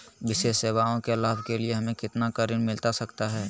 विशेष सेवाओं के लाभ के लिए हमें कितना का ऋण मिलता सकता है?